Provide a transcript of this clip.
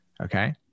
Okay